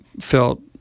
felt